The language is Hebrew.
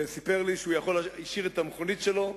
והוא סיפר לי שהוא השאיר את המכונית שלו בוואדיות,